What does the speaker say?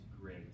great